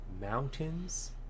Mountains